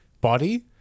body